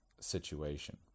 situation